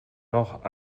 noch